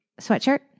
sweatshirt